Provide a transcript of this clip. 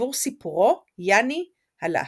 עבור סיפורו "יאני על ההר".